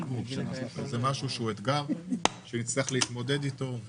זה אתגר שנצטרך להתמודד איתו.